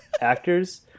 actors